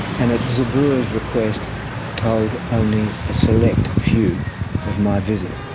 and at zabur's request told only a select few of my visit.